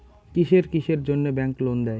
কিসের কিসের জন্যে ব্যাংক লোন দেয়?